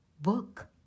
book